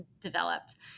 developed